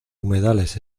humedales